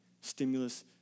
stimulus